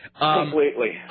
Completely